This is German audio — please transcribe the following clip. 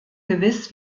gewiss